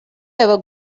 ever